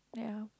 ya